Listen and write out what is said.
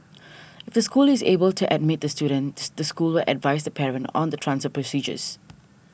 if the school is able to admit the student the school will advise the parent on the transfer procedures